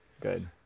Good